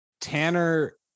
tanner